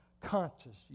conscious